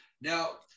Now